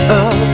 up